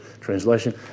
translation